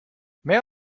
mehr